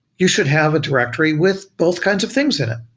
you should have a directory with both kind of things in it.